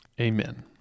Amen